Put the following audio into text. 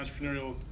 entrepreneurial